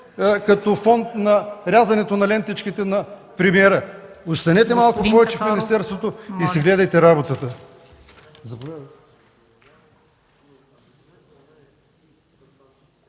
като фон на рязането на лентичките на премиера. Останете малко повече в министерството и си гледайте работата.